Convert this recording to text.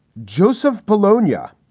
joseph polonia,